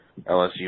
LSU